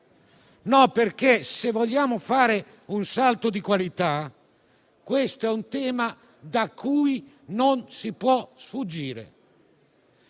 problema? Se vogliamo fare un salto di qualità, questo è un tema da cui non si può sfuggire.